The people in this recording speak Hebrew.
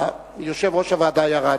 יושב-ראש הוועדה ירד.